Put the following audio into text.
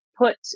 put